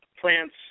plants